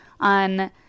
on